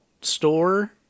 store